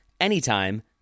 anytime